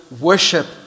worship